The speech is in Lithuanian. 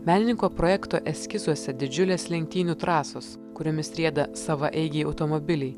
menininko projekto eskizuose didžiulės lenktynių trasos kuriomis rieda savaeigiai automobiliai